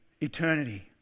eternity